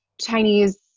Chinese